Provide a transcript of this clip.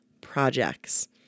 projects